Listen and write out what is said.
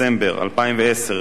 הרשתה הכנסת לחלק